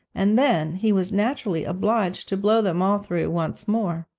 and then he was naturally obliged to blow them all through once more.